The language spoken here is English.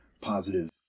positive